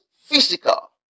physical